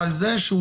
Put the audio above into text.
כן.